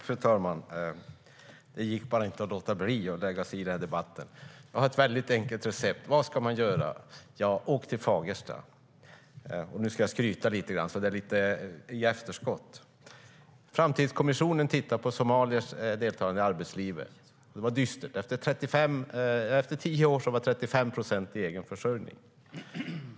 Fru talman! Det gick bara inte att låta bli att lägga sig i den här debatten. Jag har ett väldigt enkelt recept när det gäller vad man ska göra. Åk till Fagersta! Nu ska jag skryta lite grann i efterskott. Framtidskommissionen tittar på somaliers deltagande i arbetslivet. Det var dystert. Efter tio år var 35 procent i egen försörjning.